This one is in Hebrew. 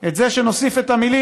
את זה שנוסיף את המילים,